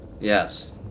Yes